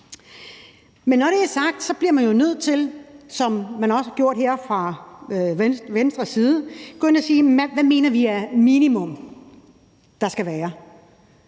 Men når det er sagt, bliver man jo nødt til, som man også har gjort her fra Venstres side, at gå ind at sige: Hvad mener vi er minimum der skal være?